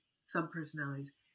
sub-personalities